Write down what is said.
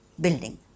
building